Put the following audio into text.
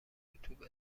یوتوب